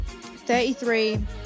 33